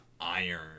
iron